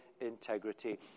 integrity